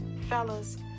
fellas